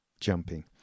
jumping